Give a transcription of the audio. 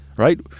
right